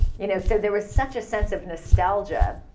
you know so, there was such a sense of nostalgia.